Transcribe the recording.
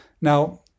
Now